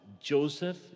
Joseph